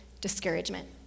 discouragement